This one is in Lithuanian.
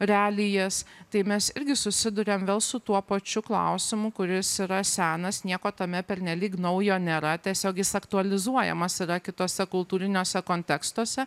realijas tai mes irgi susiduriam vėl su tuo pačiu klausimu kuris yra senas nieko tame pernelyg naujo nėra tiesiog jis aktualizuojamas yra kituose kultūriniuose kontekstuose